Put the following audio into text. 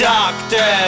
Doctor